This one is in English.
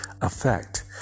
effect